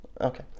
Okay